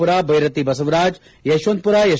Pura Byrathi Basavaraj Yeshwanthpur S